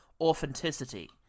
authenticity